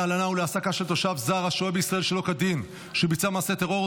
הלנה והעסקה שלא כדין בנסיבות מחמירות),